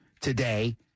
today